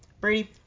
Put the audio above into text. Brady